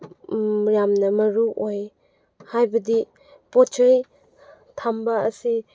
ꯌꯥꯝꯅ ꯃꯔꯨꯑꯣꯏ ꯍꯥꯏꯕꯗꯤ ꯄꯣꯠ ꯆꯩ ꯊꯝꯕ ꯑꯁꯤ